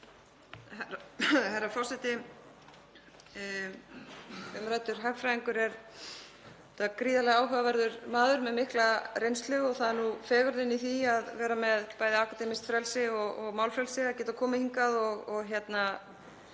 Herra forseti. Umræddur hagfræðingur er gríðarlega áhugaverður maður með mikla reynslu og það er nú fegurðin í því að vera með bæði akademískt frelsi og málfrelsi að geta komið hingað og haldið